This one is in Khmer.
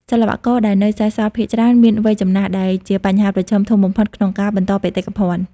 សិល្បករដែលនៅសេសសល់ភាគច្រើនមាន វ័យចំណាស់ ដែលជាបញ្ហាប្រឈមធំបំផុតក្នុងការបន្តបេតិកភណ្ឌ។